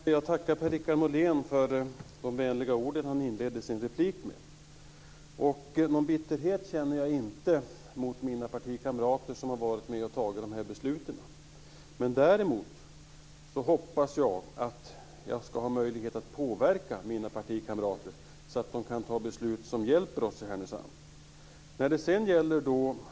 Fru talman! Jag tackar Per-Richard Molén för de vänliga ord han inledde sin replik med. Någon bitterhet känner jag inte mot mina partikamrater som har varit med och fattat de här besluten. Däremot hoppas jag att jag skall ha möjlighet att påverka mina partikamrater så att de kan fatta beslut som hjälper oss i Härnösand.